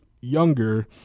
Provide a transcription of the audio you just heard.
younger